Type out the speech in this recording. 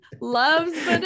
loves